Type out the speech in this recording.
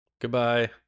goodbye